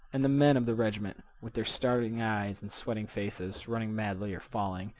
and the men of the regiment, with their starting eyes and sweating faces, running madly, or falling,